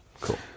cool